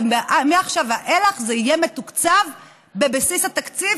ומעכשיו ואילך זה יהיה מתוקצב בבסיס התקציב,